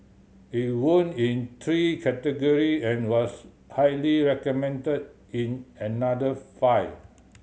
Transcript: it won in three category and was highly recommended in another five